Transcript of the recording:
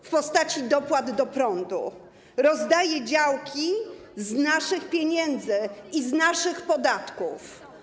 w postaci dopłat do prądu, rozdaje działki z naszych pieniędzy, z naszych podatków.